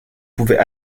pouvait